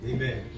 Amen